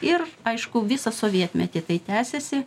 ir aišku visą sovietmetį tai tęsėsi